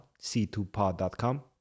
c2pod.com